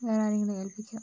വേറെ ആരെങ്കിലെയും ഏൽപ്പിക്കുക